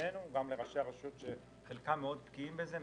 מראשי הרשויות מאוד בקיאים בזה -.